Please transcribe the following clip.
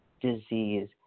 disease